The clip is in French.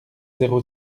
zéro